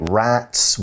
rats